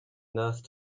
nurse